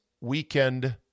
weekend